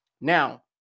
Now